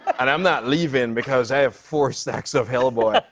and i'm not leaving, because i have four stacks of hellboy.